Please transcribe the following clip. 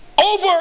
over